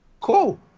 Cool